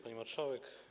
Pani Marszałek!